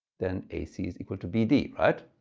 then ac is equal to bd. right?